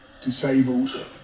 disabled